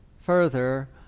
further